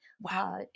Wow